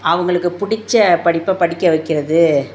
அவங்களுக்கு பிடிச்சப் படிப்பை படிக்க வைக்கிறது